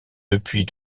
depuis